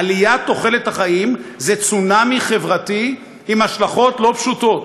עליית תוחלת החיים זה צונאמי חברתי עם השלכות לא פשוטות.